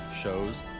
shows